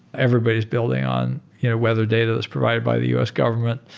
everybody's building on you know whether data that's provided by the u s. government.